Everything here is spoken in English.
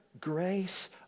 grace